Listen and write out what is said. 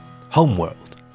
Homeworld